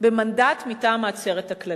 הפרויקט יוצג בממשלה בחודשים הקרובים.